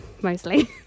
mostly